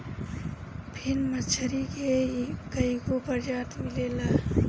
फिन मछरी के कईगो प्रजाति मिलेला